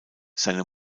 seine